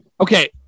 okay